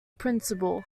principal